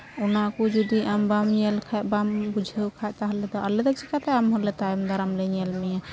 ᱚᱱᱟ ᱠᱚ ᱡᱚᱫᱤ ᱟᱢ ᱵᱟᱢ ᱧᱮᱞ ᱠᱷᱟᱡ ᱵᱟᱢ ᱵᱩᱡᱷᱟᱹᱣ ᱠᱷᱟᱡ ᱛᱟᱦᱚᱞᱮ ᱫᱚ ᱟᱞᱮ ᱫᱚ ᱪᱤᱠᱟᱹᱛᱮ ᱟᱢ ᱦᱚᱞᱮ ᱛᱟᱭᱚᱢ ᱫᱟᱨᱟᱢ ᱧᱮᱞ ᱢᱮᱭᱟ